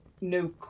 no